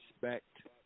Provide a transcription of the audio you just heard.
respect